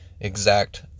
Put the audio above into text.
exact